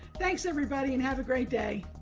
thanks everybody and have a great day.